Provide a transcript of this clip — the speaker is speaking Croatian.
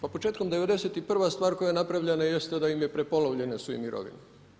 Pa početkom '91. stvar koja je napravljena jeste da im je prepolovljene su im mirovine.